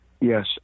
Yes